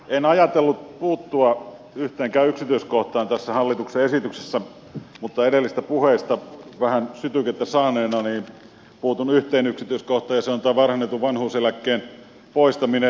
en ajatellut puuttua yhteenkään yksityiskohtaan tässä hallituksen esityksessä mutta edellisistä puheista vähän sytykettä saaneena puutun yhteen yksityiskohtaan ja se on tämä varhennetun vanhuuseläkkeen poistaminen